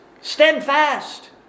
steadfast